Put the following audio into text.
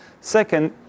Second